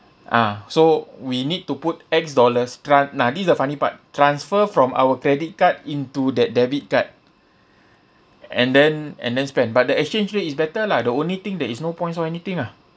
ah so we need to put X dollars tran~ ah this is the funny part transfer from our credit card into that debit card and then and then spend but the exchange rate is better lah the only thing there is no points or anything ah